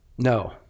No